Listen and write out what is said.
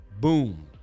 Boom